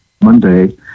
Monday